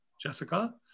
Jessica